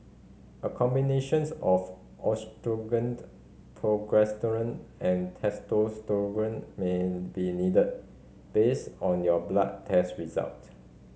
a combinations of progesterone and testosterone may be needed based on your blood test result